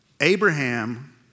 Abraham